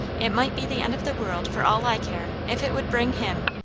it might be the end of the world for all i care if it would bring him.